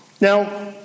Now